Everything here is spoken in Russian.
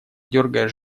дергая